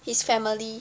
his family